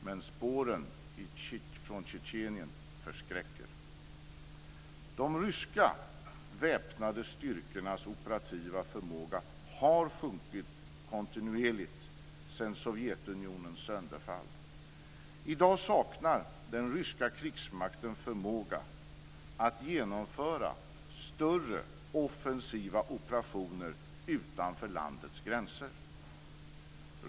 Men spåren från Tjetjenien förskräcker. De ryska väpnade styrkornas operativa förmåga har sjunkit kontinuerligt sedan Sovjetunionens sönderfall. I dag saknar den ryska krigsmakten förmåga att genomföra större offensiva operationer utanför landets gränser.